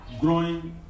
growing